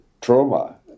trauma